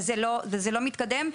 וזה לא מתקדם,